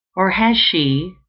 or has she,